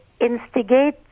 instigate